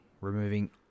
Removing